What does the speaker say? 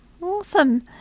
Awesome